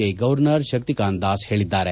I governor Shaktikanta Das ಹೇಳಿದ್ದಾರೆ